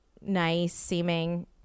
nice-seeming